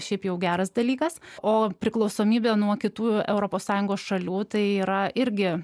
šiaip jau geras dalykas o priklausomybė nuo kitų europos sąjungos šalių tai yra irgi